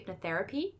hypnotherapy